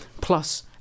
plus